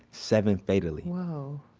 seven fatally woah.